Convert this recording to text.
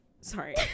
sorry